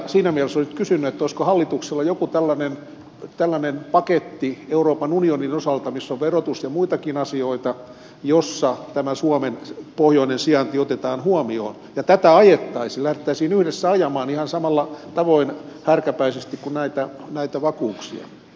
siinä mielessä olisin kysynyt olisiko hallituksella joku tällainen paketti euroopan unionin osalta jossa on verotus ja muitakin asioita ja jossa tämä suomen pohjoinen sijainti otetaan huomioon ja tätä lähdettäisiin yhdessä ajamaan ihan samalla tavoin härkäpäisesti kuin näitä vakuuksia